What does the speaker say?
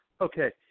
Okay